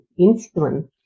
insulin